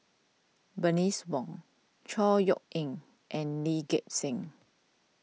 Bernice Wong Chor Yeok Eng and Lee Gek Seng